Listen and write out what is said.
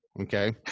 okay